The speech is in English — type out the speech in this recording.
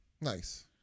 Nice